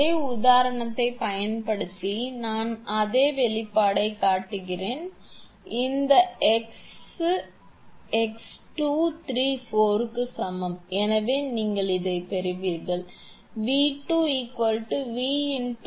அதே உதாரணத்தைப் பயன்படுத்தி நான் அதே வெளிப்பாட்டைக் காட்டுகிறேன் இந்த x x 2 3 4 க்கு சமம் எனவே நீங்கள் பெறுவீர்கள் 𝑉2 𝑉